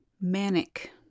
manic